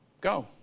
Go